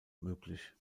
möglich